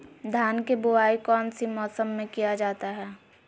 धान के बोआई कौन सी मौसम में किया जाता है?